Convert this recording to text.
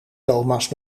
thomas